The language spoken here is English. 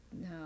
No